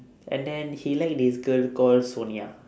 and then he like this girl call sonia